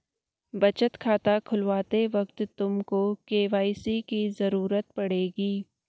बचत खाता खुलवाते वक्त तुमको के.वाई.सी की ज़रूरत पड़ेगी